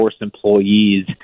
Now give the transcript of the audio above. employees